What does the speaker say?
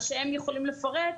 הם יכולים לפרט,